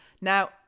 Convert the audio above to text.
Now